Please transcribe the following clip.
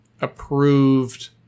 approved